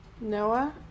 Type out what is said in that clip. Noah